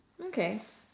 okay